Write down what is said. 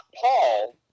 Paul